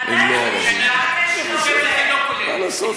אתה היחידי בממשלה שחושב שזה לא כולל.